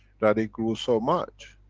that it grew so much.